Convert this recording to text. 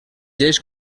lleis